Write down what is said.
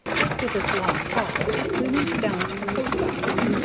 after this long call we went down to the post-office,